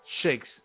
shakes